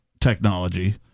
technology